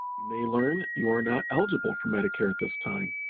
you may learn you are not eligible for medicare at this time.